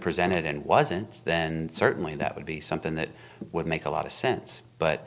presented and wasn't then certainly that would be something that would make a lot of sense